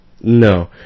No